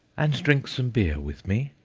and drink some beer with me?